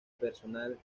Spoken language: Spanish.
personal